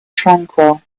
tranquil